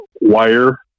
wire